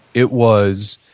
it was,